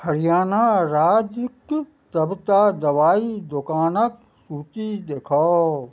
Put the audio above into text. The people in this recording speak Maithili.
हरियाणा राज्यक सबटा दवाइ दोकानक सूची देखाउ